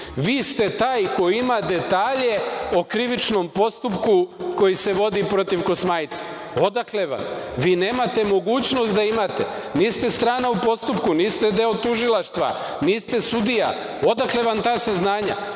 Vi ste taj ko ima detalje o krivičnom postupku koji se vodi protiv Kosmajca. Odakle vam? Vi nemate mogućnost da imate, niste strana u postupku, niste deo tužilaštva, niste sudija. Odakle vam ta saznanja?